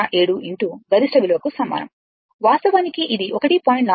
707 గరిష్ట విలువకు సమానం వాస్తవానికి ఇది 1